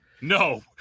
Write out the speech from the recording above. No